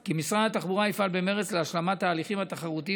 כי משרד התחבורה יפעל במרץ להשלמת ההליכים התחרותיים